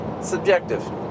subjective